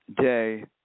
Day